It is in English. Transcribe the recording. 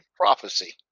prophecy